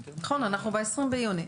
נכון, אנחנו ב-20 ביוני.